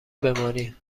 بمانیم